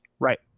right